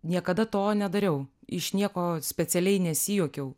niekada to nedariau iš nieko specialiai nesijuokiau